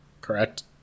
correct